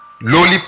lowly